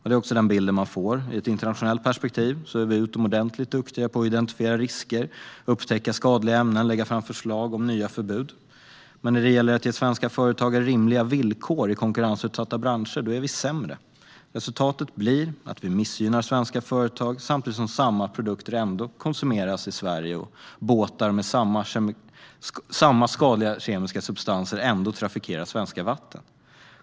Den bild man får är att vi i ett internationellt perspektiv är utomordentligt duktiga på att identifiera risker, upptäcka skadliga ämnen och lägga fram förslag om nya förbud. Men när det gäller att ge svenska företagare rimliga villkor i konkurrensutsatta branscher är vi sämre. Resultatet blir att vi missgynnar svenska företag samtidigt som dessa produkter ändå konsumeras i Sverige och båtar med skadliga kemiska substanser ändå trafikerar svenska vatten.